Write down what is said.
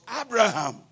Abraham